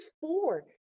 four